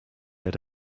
had